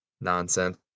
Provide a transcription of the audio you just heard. nonsense